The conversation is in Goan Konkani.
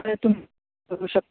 बरें तुमी करूं शकता